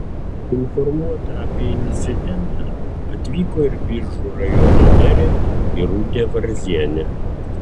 informuota apie incidentą atvyko ir biržų rajono merė irutė varzienė